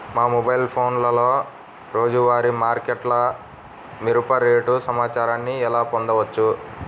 మా మొబైల్ ఫోన్లలో రోజువారీ మార్కెట్లో మిరప రేటు సమాచారాన్ని ఎలా పొందవచ్చు?